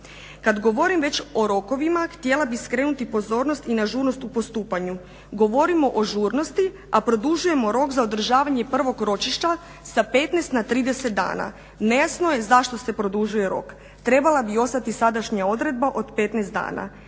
Kada govorim već o rokovima htjela bih skrenuti pozornost i na žurnost u postupanju. Govorimo o žurnosti a produžujemo rok za održavanje i prvog ročišta za 15 na 30 dana. Nejasno je zašto se produžuje rok. Trebala bi ostati sadašnja odredba od 15 dana.